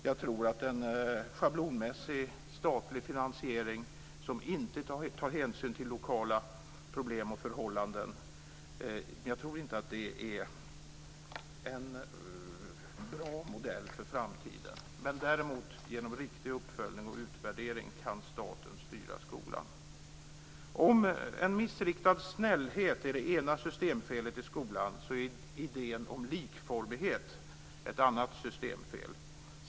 Jag tror inte att en schablonmässig statlig finansiering som inte tar hänsyn till lokala problem och förhållanden är en bra modell för framtiden. Däremot kan staten styra skolan genom riktig uppföljning och utvärdering. Om en missriktad snällhet är det ena systemfelet i skolan är idén om likformighet ett annat systemfel.